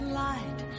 light